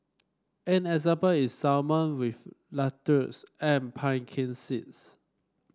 an example is salmon with lettuces and pumpkin seeds